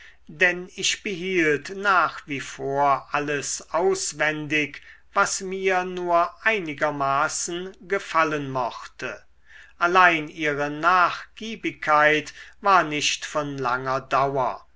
denn ich behielt nach wie vor alles auswendig was mir nur einigermaßen gefallen mochte allein ihre nachgiebigkeit war nicht von langer dauer